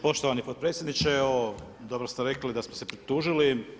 Poštovani potpredsjedniče, evo dobro ste rekli da smo se pritužili.